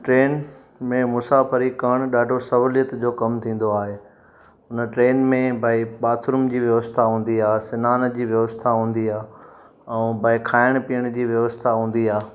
train में मुसाफ़िरी कणु ॾाढो सहुलियत जो कमु थींदो आहे उन ट्रेन में भई बाथरुम जी व्यवस्था हूंदी आहे सनान जी व्यवस्था हूंदी आहे ऐं भई खाइण पीअण जी व्यवस्था हूंदी आहे